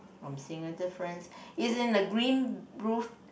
I'm seeing a difference it's in the green roof